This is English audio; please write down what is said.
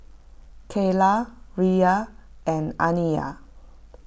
Kaylah Riya and Aniyah